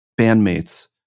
bandmates